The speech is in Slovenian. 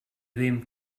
vem